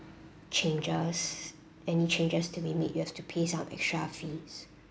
changes any changes to be made you have to pay some extra fees